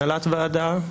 הנהלת ועדה,